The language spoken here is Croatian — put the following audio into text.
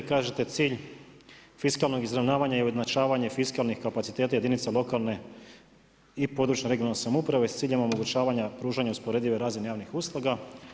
Kažete cilj fiskalnog izravnavanja je ujednačavanje fiskalnih kapaciteta jedinica lokalne i područne (regionalne) samouprave sa ciljem omogućavanja pružanja usporedive razine javnih usluga.